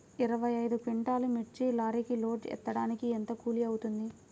ఇరవై ఐదు క్వింటాల్లు మిర్చి లారీకి లోడ్ ఎత్తడానికి ఎంత కూలి అవుతుంది?